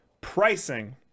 Pricing